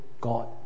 God